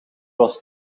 was